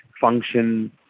function